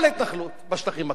כל התנחלות בשטחים הכבושים.